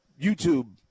YouTube